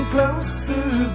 Closer